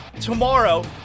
tomorrow